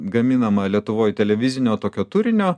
gaminama lietuvoj televizinio tokio turinio